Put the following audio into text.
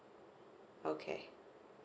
okay